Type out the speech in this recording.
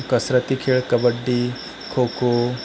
कसरती खेळ कबड्डी खोखो